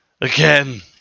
again